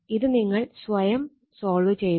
ഇത് നിങ്ങൾ സ്വയം സോൾവ് ചെയ്യുക